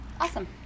Awesome